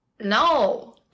No